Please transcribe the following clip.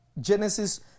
Genesis